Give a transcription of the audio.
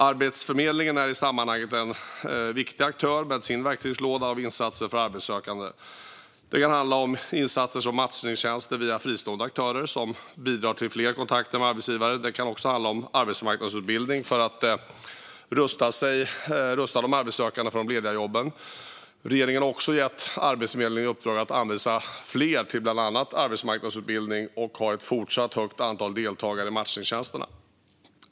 Arbetsförmedlingen är i sammanhanget en viktig aktör med sin verktygslåda av insatser för arbetssökande. Det kan handla om insatser som matchningstjänster via fristående aktörer, som bidrar till fler kontakter med arbetsgivare. Det kan också handla om arbetsmarknadsutbildning, för att rusta de arbetssökande för de lediga jobben. Regeringen har också gett Arbetsförmedlingen i uppdrag att anvisa fler till bland annat arbetsmarknadsutbildning och ha ett fortsatt högt antal deltagare i matchningstjänsterna.